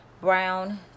Brown